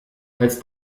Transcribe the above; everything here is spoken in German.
als